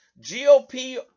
gop